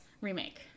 remake